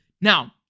Now